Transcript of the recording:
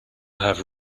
have